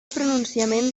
pronunciament